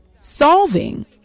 solving